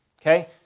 okay